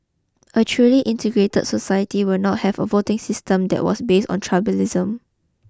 a truly integrated society would not have a voting system that was based on tribalism